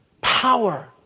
power